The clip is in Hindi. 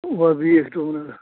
वह भी एक